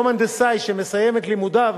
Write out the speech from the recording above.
היום הנדסאי שמסיים את לימודיו